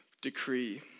decree